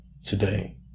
Today